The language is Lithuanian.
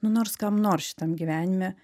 nu nors kam nors šitam gyvenime